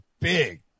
big